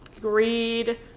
greed